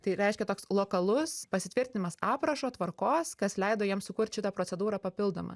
tai reiškia toks lokalus pasitvirtinimas aprašo tvarkos kas leido jiem sukurt šitą procedūrą papildomą